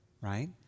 right